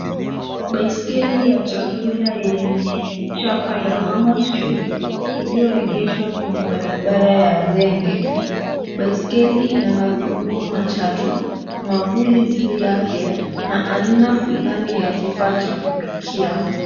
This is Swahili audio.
Baiskeli ya chakula yenye chapa ya farmers choice . Iliyoegeshwa kwenye barabara ya zenge. Baiskeli ina magurudumu matatu, mwavuli juu yake na aina fulani ya kifaa cha kupikia.